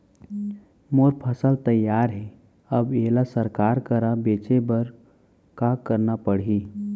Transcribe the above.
मोर फसल तैयार हे अब येला सरकार करा बेचे बर का करना पड़ही?